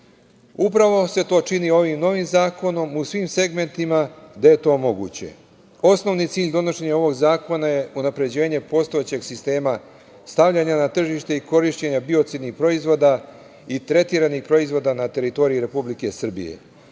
se to čini ovim novim zakonom u svim segmentima gde je to moguće. Osnovni cilj donošenja ovog zakona je unapređenje postojećeg sistema stavljanja na tržište i korišćenje biocidnih proizvoda i tretiranih proizvoda na teritoriji Republike Srbije.